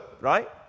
right